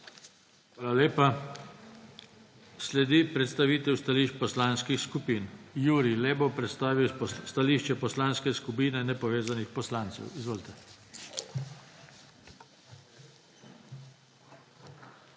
Hvala lepa. Sledi predstavitev stališč poslanskih skupin. Jurij Lep bo predstavil stališče Poslanske skupine nepovezanih poslancev. Izvolite. JURIJ LEP